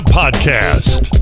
podcast